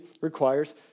requires